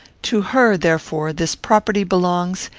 to her, therefore, this property belongs,